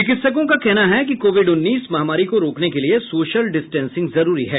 चिकित्सकों का कहना है कि कोविड उन्नीस महामारी को रोकने के लिए सोशल डिस्टेंसिंग जरुरी है